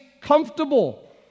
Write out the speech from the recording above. comfortable